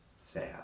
sad